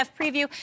preview